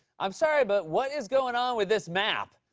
i'm sorry, but what is going on with this map?